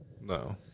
No